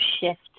shift